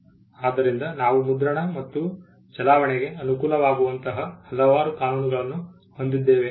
ಆದ್ದರಿಂದ ನಾವು ಮುದ್ರಣ ಮತ್ತು ಚಲಾವಣೆಗೆ ಅನುಕೂಲವಾಗುವಂತಹ ಹಲವಾರು ಕಾನೂನುಗಳನ್ನು ಹೊಂದಿದ್ದೇವೆ